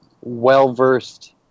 well-versed